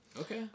Okay